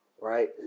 Right